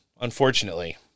Unfortunately